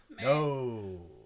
No